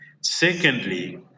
Secondly